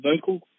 vocal